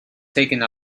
taking